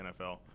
NFL